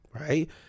right